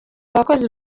abakozi